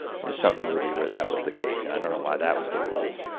there was some movie where that was the case. and i don't know why that was the rule.